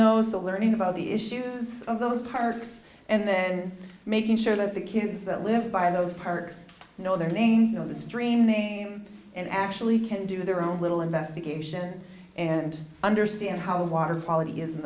those the learning about the issues of those parks and then making sure that the kids that live by those parks you know their names know the stream name and actually can do their own little investigation and understand how water quality is